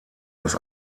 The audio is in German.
das